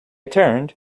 turned